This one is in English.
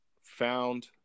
found